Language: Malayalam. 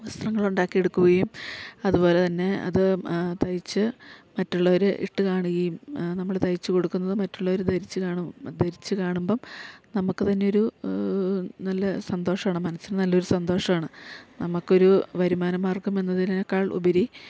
വസ്ത്രങ്ങളുണ്ടാക്കി എടുക്കുകയും അതുപോലെ തന്നെ അത് തയ്ച്ച് മറ്റുള്ളവര് ഇട്ട് കാണുകയും നമ്മള് തയ്ച്ചു കൊടുക്കുന്നത് മറ്റുള്ളവര് ധരിച്ച് കാണും ധരിച്ച് കാണുമ്പം നമുക്ക് തന്നെയൊരു നല്ല സന്തോഷമാണ് മനസ്സിന് നല്ലൊരു സന്തോഷാണ് നമുക്കൊരു വരുമാന മാർഗ്ഗം എന്നതിനേക്കാൾ ഉപരി